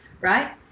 right